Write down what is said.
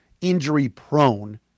injury-prone